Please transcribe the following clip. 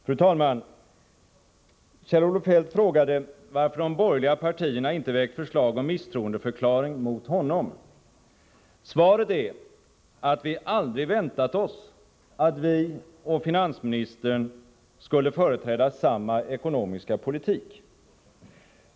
Fru talman! Kjell-Olof Feldt frågade varför de borgerliga partierna inte har väckt förslag om misstroendeförklaring mot honom. Svaret är att vi aldrig har väntat oss att vi och finansministern skulle företräda samma ekonomiska politik.